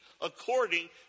according